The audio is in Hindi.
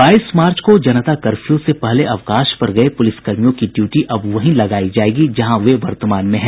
बाईस मार्च को जनता कर्फ्यू से पहले अवकाश पर गये पुलिसकर्मियों की ड्यूटी अब वहीं लगायी जायेगी जहां वे वर्तमान में हैं